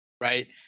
right